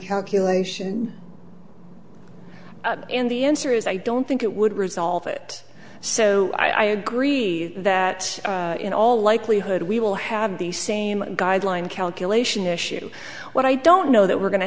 calculation and the answer is i don't think it would resolve it so i agree that in all likelihood we will have the same guideline calculation issue what i don't know that we're going to